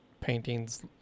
paintings